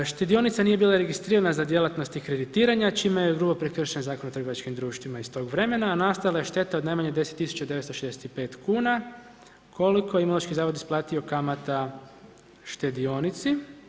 Štedionica nije bila registrirana za djelatnosti kreditiranja, čime je prekršen Zakon o trgovačkim društvima iz tog vremena, a nastala je šteta od najmanje 10965 kuna koliko je Imunološki zavod isplatio kamata štedionici.